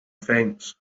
fence